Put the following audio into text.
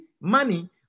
money